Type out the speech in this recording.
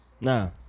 Nah